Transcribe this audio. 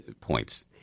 points